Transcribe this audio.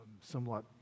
somewhat